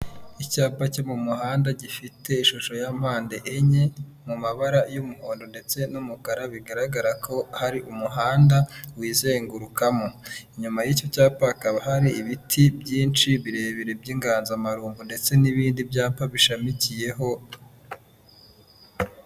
Icyapa cyo mu muhanda gifite ishusho ya mpande enye mu mabara y'umuhondo ndetse n'umukara bigaragara ko hari umuhanda wizengurukamo inyuma y' iki cyapa hakaba hari ibiti byinshi birebire by'inganzamarumbu ndetse n'ibindi byapa bishamikiyeho.